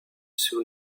sur